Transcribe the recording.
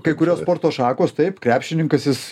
kai kurios sporto šakos taip krepšininkas jis